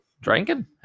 Drinking